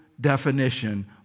definition